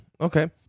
Okay